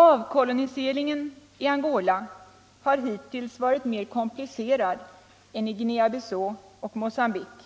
Avkoloniseringen i Angola har hittills varit mer komplicerad än i Guinea-Bissau och Mocambique.